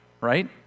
right